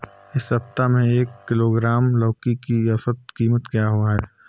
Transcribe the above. इस सप्ताह में एक किलोग्राम लौकी की औसत कीमत क्या है?